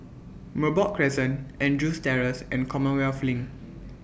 Merbok Crescent Andrews Terrace and Commonwealth LINK